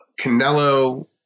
Canelo